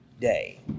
day